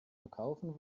verkaufen